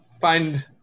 find